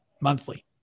monthly